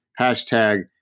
Hashtag